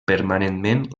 permanentment